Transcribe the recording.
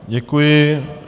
Děkuji.